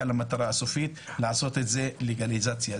למטרה הסופית שהיא לעשות לזה לגליזציה.